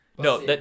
No